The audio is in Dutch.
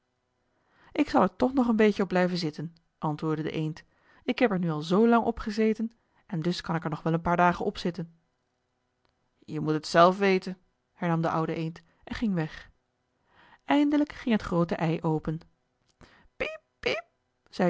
ik zal er toch nog een beetje op blijven zitten antwoordde de eend ik heb er nu al zoo lang op gezeten en dus kan ik er nog wel een paar dagen op zitten je moet het zelf weten hernam de oude eend en ging weg eindelijk ging het groote ei open